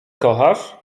kochasz